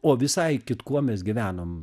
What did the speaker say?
o visai kitkuo mes gyvenom